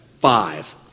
five